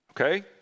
Okay